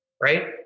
right